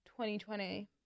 2020